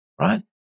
right